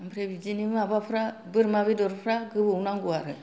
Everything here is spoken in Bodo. ओमफ्राय बिदिनो माबाफ्रा बोरमा बेदरफ्रा गोबाव नांगौ आरो